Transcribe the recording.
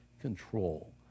Control